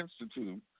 Institute